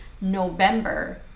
november